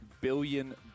billion